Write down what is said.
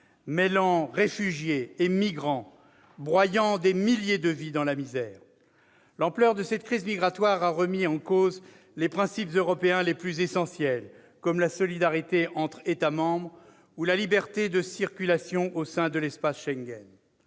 mêlant réfugiés et migrants, broyant des milliers de vies dans la misère. L'ampleur de cette crise migratoire a remis en cause les principes européens les plus essentiels, comme la solidarité entre États membres ou la liberté de circulation au sein de l'espace Schengen.